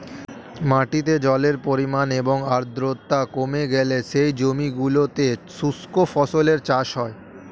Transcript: মাটিতে জলের পরিমাণ এবং আর্দ্রতা কমে গেলে সেই জমিগুলোতে শুষ্ক ফসলের চাষ হয়